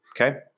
Okay